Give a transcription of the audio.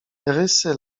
rysy